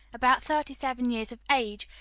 about thirty seven years of age,